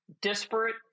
disparate